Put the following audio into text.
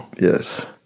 Yes